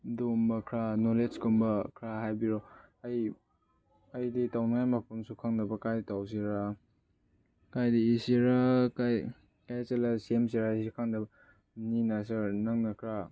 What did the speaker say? ꯑꯗꯨꯒꯨꯝꯕ ꯈꯔ ꯅꯣꯂꯦꯖꯒꯨꯝꯕ ꯈꯔ ꯍꯥꯏꯕꯤꯔꯣ ꯑꯩ ꯑꯩꯗꯤ ꯇꯧꯅꯤꯡꯉꯥꯏ ꯃꯐꯝꯁꯨ ꯈꯪꯗꯕ ꯀꯥꯏ ꯇꯧꯁꯤꯔꯥ ꯀꯥꯏꯗ ꯏꯁꯤꯔꯥ ꯀꯥꯏ ꯀꯥꯏ ꯆꯠꯂ ꯁꯦꯝꯁꯤꯔꯥ ꯍꯥꯏꯕꯁꯨ ꯈꯪꯗꯕ ꯑꯗꯨꯅꯤꯅ ꯁꯥꯔ ꯅꯪꯅ ꯈꯔ